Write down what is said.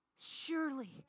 surely